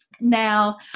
now